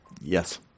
Yes